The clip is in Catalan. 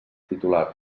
titular